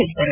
ಹೇಳಿದರು